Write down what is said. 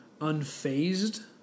unfazed